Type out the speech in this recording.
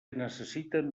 necessiten